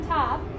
top